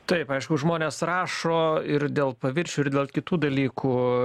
taip aišku žmonės rašo ir dėl paviršių ir dėl kitų dalykų